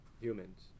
humans